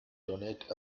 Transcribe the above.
donate